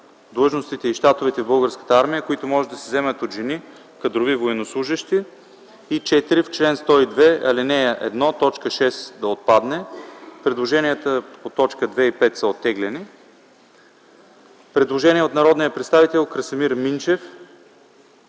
длъжностите и щатовете в Българската армия, които може да се заемат от жени кадрови военнослужещи”. 4. В чл. 102, ал. 1 т. 6 да отпадне. Предложенията по т. 2 и 5 са оттеглени. Предложение от народния представител Красимир Минчев